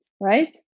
right